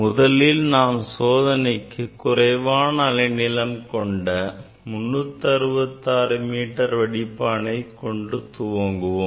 முதலில் நாம் சோதனையை குறைவான அலை நீளம் கொண்ட 366 மீட்டர் வடிப்பானை கொண்டு துவங்குவோம்